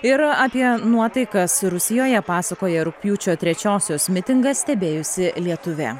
yra apie nuotaikas rusijoje pasakoja rugpjūčio trečiosios mitingą stebėjusi lietuvė